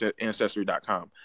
ancestry.com